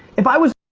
if i was